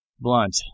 Blunt